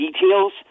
details